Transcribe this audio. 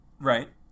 Right